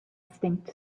extinct